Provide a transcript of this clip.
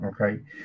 Okay